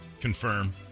confirm